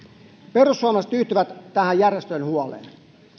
perussuomalaiset yhtyvät tähän järjestöjen huoleen